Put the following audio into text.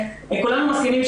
כולנו מסכימים,